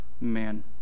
man